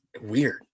weird